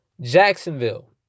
Jacksonville